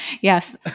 Yes